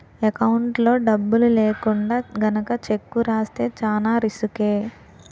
ఎకౌంట్లో డబ్బులు లేకుండా గనక చెక్కు రాస్తే చానా రిసుకే